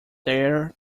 there